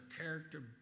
character